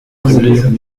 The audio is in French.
vingt